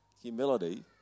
Humility